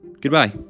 Goodbye